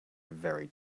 very